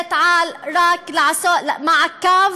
מדברת רק על לעשות מעקב,